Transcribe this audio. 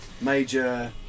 Major